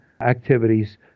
activities